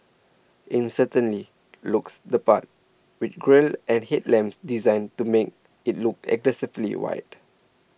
in certainly looks the part with grille and headlamps designed to make it look aggressively wide